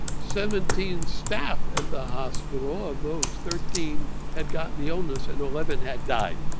seventeen staff at the hospital of those thirteen, had gotten the illness and eleven had died.